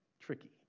tricky